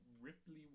Ripley